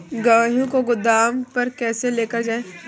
गेहूँ को गोदाम पर कैसे लेकर जाएँ?